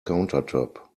countertop